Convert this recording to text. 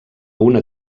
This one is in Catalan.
una